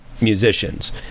musicians